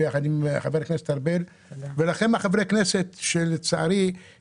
זאת חובתכם כחברי כנסת שנושאים באחריות במדינה.